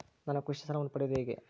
ನಾನು ಕೃಷಿ ಸಾಲವನ್ನು ಪಡೆಯೋದು ಹೇಗೆ?